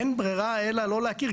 אין ברירה אלא לא להכיר,